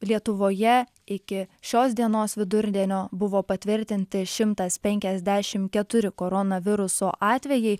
lietuvoje iki šios dienos vidurdienio buvo patvirtinti šimtas penkiasdešimt keturi koronaviruso atvejai